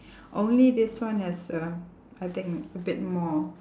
only this one has a I think a bit more